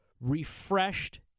refreshed